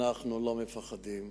אנחנו לא מפחדים.